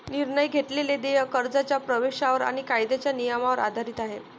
निर्णय घेतलेले देय कर्जाच्या प्रवेशावर आणि कायद्याच्या नियमांवर आधारित आहे